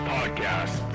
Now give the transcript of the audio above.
Podcast